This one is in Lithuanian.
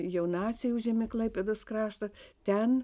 jau naciai užėmė klaipėdos kraštą ten